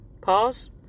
pause